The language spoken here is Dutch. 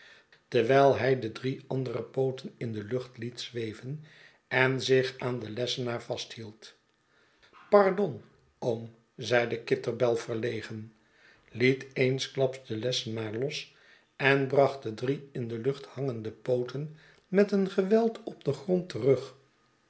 terwijl hij de drie andere pooten in de lucht liet zweven en zich aan den lessenaar vasthield pardon r oom zeide kitterbell verlegen liet eensklaps den lessenaar los en bracht de drie in de lucht hangende pooten met een geweld op den grond terug